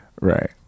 Right